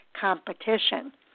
competition